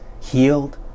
healed